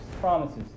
promises